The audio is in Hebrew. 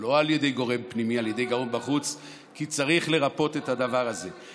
את דבריי לשר.